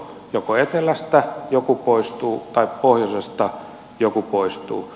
joko etelästä joku poistuu tai pohjoisesta joku poistuu